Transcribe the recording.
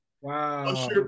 Wow